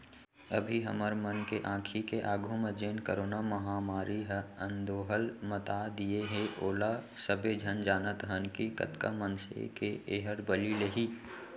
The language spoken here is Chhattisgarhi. अभी हमर मन के आंखी के आघू म जेन करोना महामारी ह अंदोहल मता दिये हे ओला सबे झन जानत हन कि कतका मनसे के एहर बली लेही